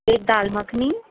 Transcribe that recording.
ایک دال مکھنی